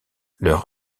leur